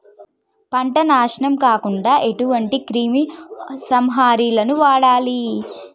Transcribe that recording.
పంట నాశనం కాకుండా ఎటువంటి క్రిమి సంహారిణిలు వాడాలి?